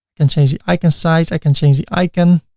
can change the icon size, i can change the icon.